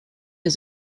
his